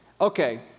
Okay